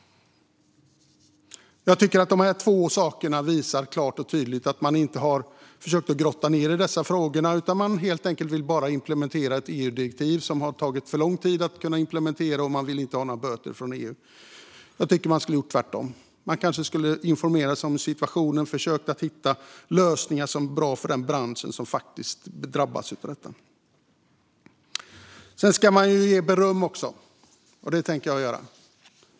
Jag tycker att dessa två saker klart och tydligt visar att man inte har försökt grotta ned sig i dessa frågor utan helt enkelt bara vill implementera ett EU-direktiv som det tagit för lång tid att implementera, och man vill inte ha böter från EU. Jag tycker att man skulle ha gjort tvärtom. Man skulle ha informerat sig om situationen och försökt hitta lösningar som är bra för den bransch som drabbas av detta. Sedan ska man ge beröm också, och det tänker jag göra.